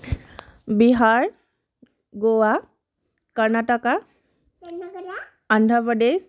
Bihar Goa Karnataka Andhra Pradesh